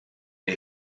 neu